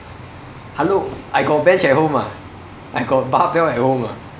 hello I got bench at home ah I got barbell at home ah